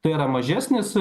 tai yra mažesnis